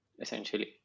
essentially